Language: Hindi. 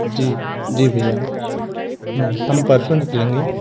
जी जी भैया हम परसों निकलेंगे